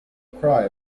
cry